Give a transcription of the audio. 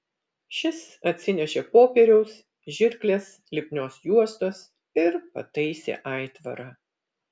šis atsinešė popieriaus žirkles lipnios juostos ir pataisė aitvarą